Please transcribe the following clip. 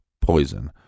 poison